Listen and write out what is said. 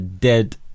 dead